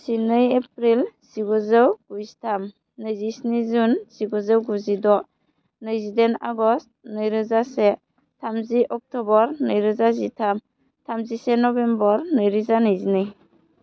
जिनै एप्रिल जिगुजौ गुजिथाम नैजिस्नि जुन जिगुजौ गुजिद' नैजिदाइन आगष्ट' नैरोजा से थामजि अक्ट'बर नैरोजा जिथाम थामजिसे नभेम्बर नैरोजा नैजिनै